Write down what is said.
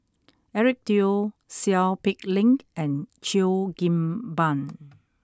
Eric Teo Seow Peck Leng and Cheo Kim Ban